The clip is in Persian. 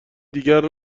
دیگر